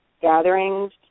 gatherings